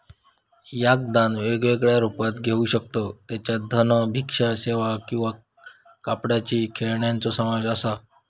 याक दान वेगवेगळ्या रुपात घेऊ शकतव ज्याच्यात धन, भिक्षा सेवा किंवा कापडाची खेळण्यांचो समावेश असा